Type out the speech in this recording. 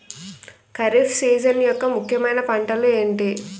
Kharif season యెక్క ముఖ్యమైన పంటలు ఏమిటీ?